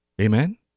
Amen